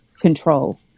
control